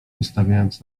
wystawiając